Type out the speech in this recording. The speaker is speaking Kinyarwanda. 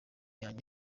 yanjye